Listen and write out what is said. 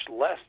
less